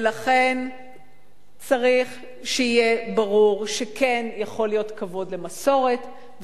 ולכן צריך שיהיה ברור שכן יכול להיות כבוד למסורת,